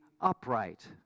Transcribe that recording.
upright